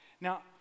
Now